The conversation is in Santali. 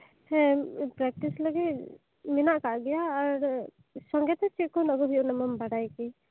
ᱦᱮᱸ ᱯᱮᱠᱴᱤᱥ ᱞᱟᱹᱜᱤᱫ ᱢᱮᱱᱟᱜ ᱠᱟᱜ ᱜᱮᱭᱟ ᱟᱨ ᱥᱚᱸᱜᱮᱛᱮ ᱪᱮᱜ ᱠᱚ ᱟᱹᱜᱩ ᱦᱩᱭᱩᱜᱼᱟ ᱚᱱᱟ ᱢᱟᱢ ᱵᱟᱰᱟᱭ ᱜᱮ